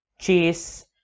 chase